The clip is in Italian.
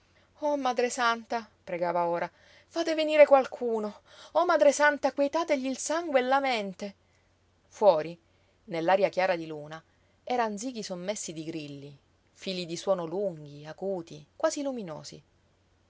oh madre santa pregava ora fate venire qualcuno oh madre santa quietategli il sangue e la mente fuori nell'aria chiara di luna eran zighi sommessi di grilli fili di suono lunghi acuti quasi luminosi